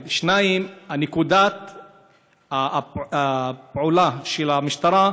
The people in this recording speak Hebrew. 1. 2. הפעולה של המשטרה,